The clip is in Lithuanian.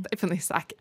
taip jinai sakė